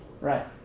Right